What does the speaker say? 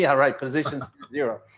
yeah right position zero.